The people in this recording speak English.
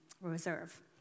reserve